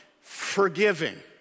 forgiving